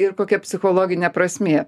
ir kokia psichologinė prasmė